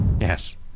Yes